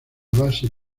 base